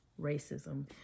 racism